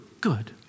good